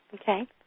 Okay